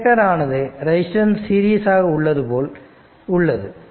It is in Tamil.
இண்டக்டர் ஆனது ரெசிஸ்டன்ஸ் சீரியஸாக உள்ளது போல் உள்ளது